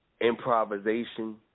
improvisation